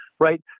Right